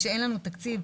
כשאין לנו תקציב,